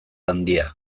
handia